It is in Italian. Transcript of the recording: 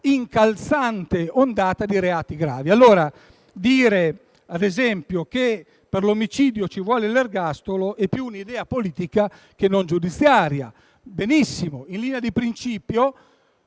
quest'incalzante ondata di reati gravi. Dire quindi, per esempio, che per l'omicidio ci vuole l'ergastolo è un'idea più politica che giudiziaria. Benissimo: in linea di principio